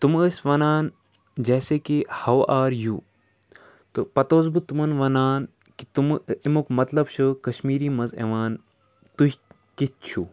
تِم ٲسۍ وَنان جیسے کہِ ہَو آر یوٗ تہٕ پَتہٕ اوسُس بہٕ تِمَن وَنان کہِ تِمہٕ اَمیُک مطلب چھُ کَشمیٖری منٛز یِوان تُہۍ کِتھۍ چھُو